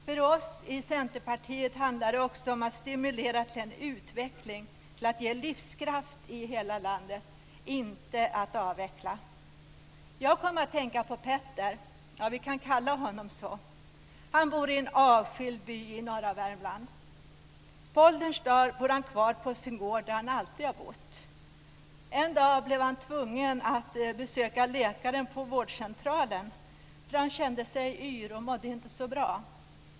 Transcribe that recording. För oss i Centerpartiet handlar det också om att stimulera till en utveckling och att ge livskraft i hela landet - inte att avveckla. Jag kommer att tänka på Petter - vi kan kalla honom så. Han bor i en avskild by i norra Värmland. På ålderns dagar bor han kvar på sin gård, där han alltid har bott. En dag blev han tvungen att besöka läkaren på vårdcentralen, för han kände sig yr och mådde inte så bra.